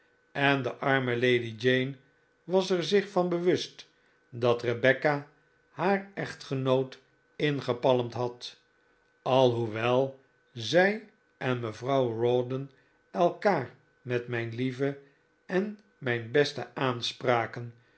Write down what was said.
en de arme lady jane was er zich van bewust dat rebecca haar echtgenoot ingepalmd had alhoewel zij en mevrouw rawdon elkaar met mijn lieve en mijn beste aanspraken